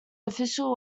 official